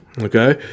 okay